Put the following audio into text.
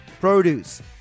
produce